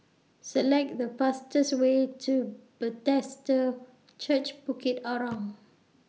Select The fastest Way to Bethesda Church Bukit Arang